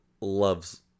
loves